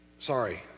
Sorry